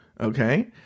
okay